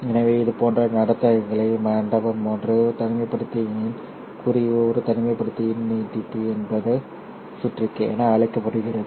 எனவே இதுபோன்ற நடத்தைகள் மண்டபம் ஒரு தனிமைப்படுத்தியின் குறி ஒரு தனிமைப்படுத்தியின் நீட்டிப்பு என்பது சுற்றறிக்கை என அழைக்கப்படுகிறது